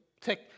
take